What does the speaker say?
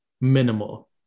minimal